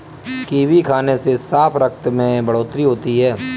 kiwi खाने से साफ रक्त में बढ़ोतरी होती है